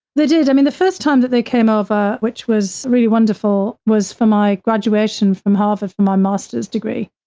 they did. i mean, the first time that they came over, which was really wonderful, was for my graduation from harvard my master's degree.